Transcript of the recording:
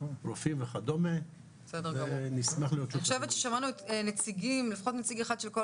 רופאים וכדומה ונשמח להיות שותפים.